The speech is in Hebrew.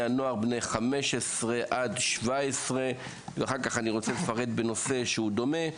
הנוער בני 17-15. בהמשך אני אפרט בנושא שהוא דומה,